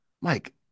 Mike